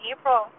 April